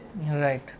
Right